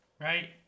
Right